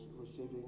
receiving